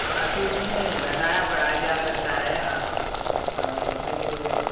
हाँ तो उसमें घटाया बढ़ाया जा सकता है आप उसमें तो